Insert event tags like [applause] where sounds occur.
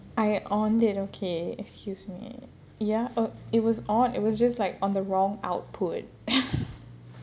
I on it okay excuse me ya it was on it was just like on the wrong output [laughs]